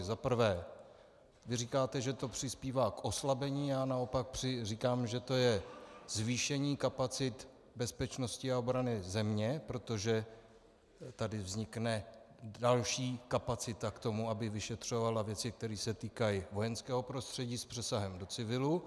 Za prvé, vy říkáte, že to přispívá k oslabení, já naopak říkám, že to je zvýšení kapacit bezpečnosti a obrany země, protože tady vznikne další kapacita k tomu, aby vyšetřovala věci, které se týkají vojenského prostředí s přesahem do civilu.